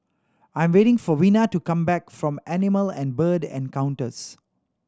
I'm waiting for Vina to come back from Animal and Bird Encounters